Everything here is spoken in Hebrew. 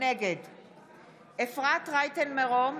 נגד אפרת רייטן מרום,